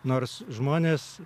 nors žmonės